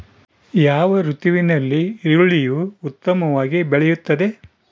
ಯಾವ ಋತುವಿನಲ್ಲಿ ಈರುಳ್ಳಿಯು ಉತ್ತಮವಾಗಿ ಬೆಳೆಯುತ್ತದೆ?